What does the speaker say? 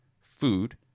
food